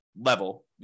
level